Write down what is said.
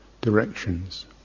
directions